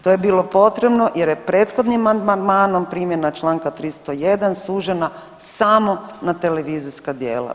To je bilo potrebno jer je prethodnim amandmanom primljena Članka 301. sužena samo na televizijska djela.